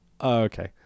okay